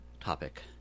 topic